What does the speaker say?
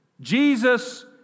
Jesus